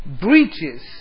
Breaches